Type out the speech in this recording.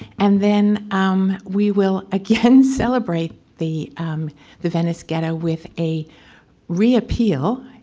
and then um we will again celebrate the the venice ghetto with a re-appeal,